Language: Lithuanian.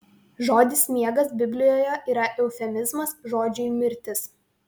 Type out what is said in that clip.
žodis miegas biblijoje yra eufemizmas žodžiui mirtis